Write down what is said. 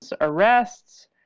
arrests